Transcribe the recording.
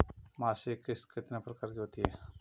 मासिक किश्त कितने प्रकार की होती है?